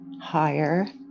higher